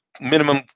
minimum